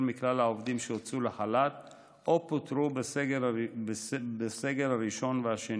מכלל העובדים שהוצאו לחל"ת או פוטרו בסגר הראשון והשני.